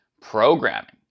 programming